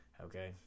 Okay